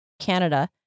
Canada